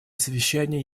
совещание